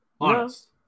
Honest